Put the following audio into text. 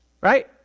right